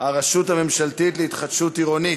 הרשות הממשלתית להתחדשות עירונית,